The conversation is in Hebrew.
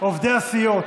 עובדי הסיעות,